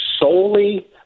solely